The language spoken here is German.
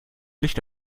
licht